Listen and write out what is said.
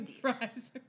fries